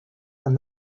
and